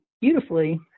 beautifully